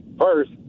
first